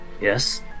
Yes